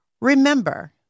Remember